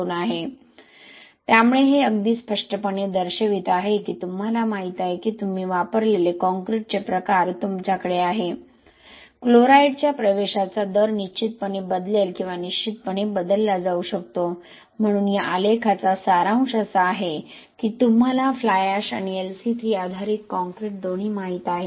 2 आहे त्यामुळे हे अगदी स्पष्टपणे दर्शवित आहे की तुम्हाला माहित आहे की तुम्ही वापरलेले कॉंक्रिटचे प्रकार तुमच्याकडे आहे क्लोराईडच्या प्रवेशाचा दर निश्चितपणे बदलेल किंवा निश्चितपणे बदलला जाऊ शकतो म्हणून या आलेखाचा सारांश असा आहे की तुम्हाला फ्लाय एश आणि LC3 आधारित कॉंक्रिट दोन्ही माहित आहे